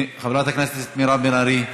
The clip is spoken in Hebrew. חברת הכנסת מירב בן ארי,